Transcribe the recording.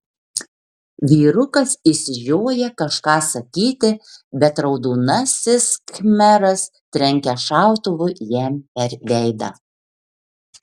vyrukas išsižioja kažką sakyti bet raudonasis khmeras trenkia šautuvu jam per veidą